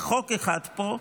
חוק אחד פה,